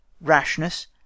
rashness